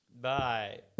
Bye